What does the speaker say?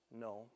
no